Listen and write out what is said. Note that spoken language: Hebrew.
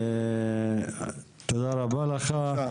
תודה רבה לך.